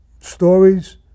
stories